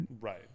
Right